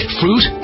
fruit